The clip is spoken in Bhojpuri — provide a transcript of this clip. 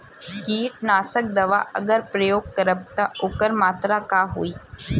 कीटनाशक दवा अगर प्रयोग करब त ओकर मात्रा का होई?